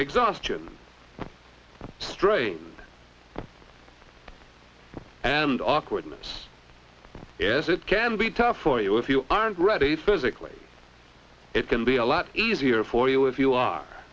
exhaustion strain and awkwardness yes it can be tough for you if you aren't ready physically it can be a lot easier for you if you are